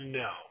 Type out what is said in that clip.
no